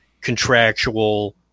contractual